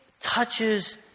touches